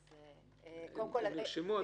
הדברים נרשמו.